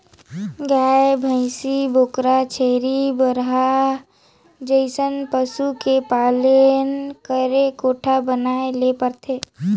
गाय, भइसी, बोकरा, छेरी, बरहा जइसन पसु के पालन करे कोठा बनाये ले परथे